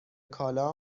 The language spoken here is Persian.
کالا